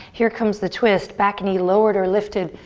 here comes the twist. back knee lowered or lifted.